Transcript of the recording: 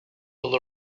will